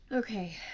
Okay